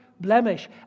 blemish